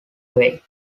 way